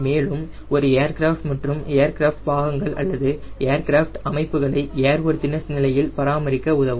மேலும் ஒரு ஏர்கிராஃப்ட் மற்றும் ஏர்கிராஃப்ட் பாகங்கள் அல்லது ஏர்கிராஃப்ட் அமைப்புகளை ஏர்வொர்தினஸ் நிலையில் பராமரிக்க உதவும்